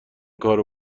کارو